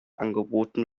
angeboten